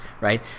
Right